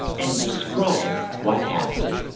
and describe what happened.